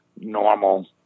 normal